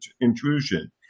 intrusion